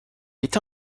est